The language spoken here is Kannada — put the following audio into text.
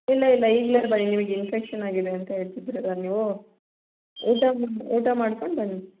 ಇಲ್ಲ ಇಲ್ಲ ಈಗಲೇ ಬನ್ನಿ ನಿಮಗೆ ಇನ್ಫೆಕ್ಷನ್ ಆಗಿದೆ ಅಂತ ಹೇಳ್ತಿದ್ದೀರಿ ಅಲ್ವಾ ನೀವು ಊಟ ಊಟ ಮಾಡ್ಕೊಂಡು ಬನ್ನಿ